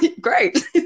great